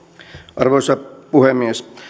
arvoisa puhemies